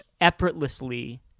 effortlessly